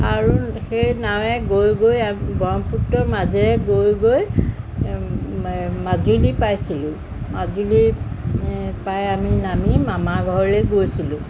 আৰু সেই নাৱে গৈ গৈ ব্ৰহ্মপুত্ৰৰ মাজেৰে গৈ গৈ মাজুলী পাইছিলোঁ মাজুলী পাই আমি নামি মামা ঘৰলৈ গৈছিলোঁ